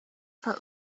for